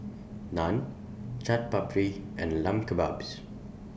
Naan Chaat Papri and Lamb Kebabs